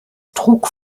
trug